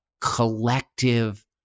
collective